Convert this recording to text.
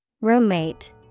Roommate